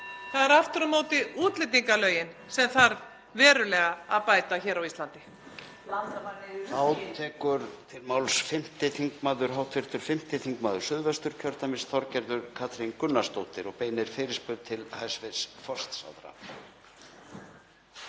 Það eru aftur á móti útlendingalögin sem þarf verulega að bæta hér á Íslandi.